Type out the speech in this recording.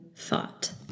thought